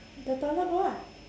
the toilet bowl ah